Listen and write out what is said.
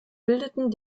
bildeten